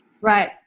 Right